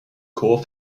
core